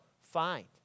find